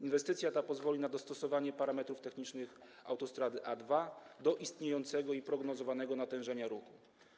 Inwestycja ta pozwoli na dostosowanie parametrów technicznych autostrady A2 do istniejącego i prognozowanego natężenia ruchu.